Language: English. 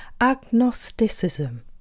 agnosticism